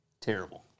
Terrible